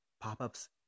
Pop-ups